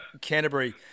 Canterbury